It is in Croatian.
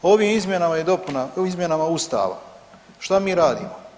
Ovim izmjenama i dopunama, izmjenama Ustava, šta mi radimo?